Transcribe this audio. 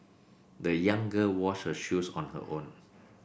the young girl washed her shoes on her own